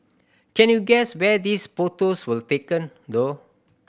can you guess where these photos were taken though